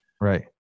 Right